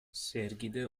sergide